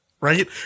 right